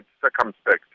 circumspect